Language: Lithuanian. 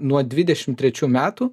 nuo dvidešim trečių metų